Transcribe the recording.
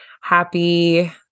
Happy